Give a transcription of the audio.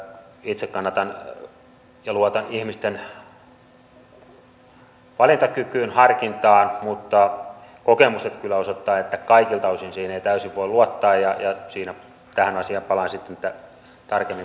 itse kannatan ja luotan ihmisten valintakykyyn harkintaan mutta kokemukset kyllä osoittavat että kaikilta osin siihen ei täysin voi luottaa ja tähän asiaan palaan vielä tarkemmin puheenvuorossani